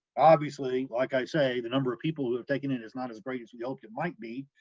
obviously, like i say the number of people who have taken it is not as great as we hoped it might be,